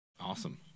Awesome